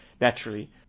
naturally